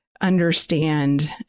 understand